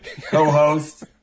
Co-host